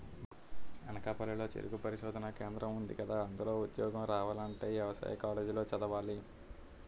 అనకాపల్లి లో చెరుకు పరిశోధనా కేంద్రం ఉందికదా, అందులో ఉద్యోగం రావాలంటే యవసాయ కాలేజీ లో చదవాలి